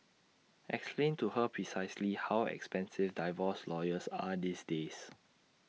explain to her precisely how expensive divorce lawyers are these days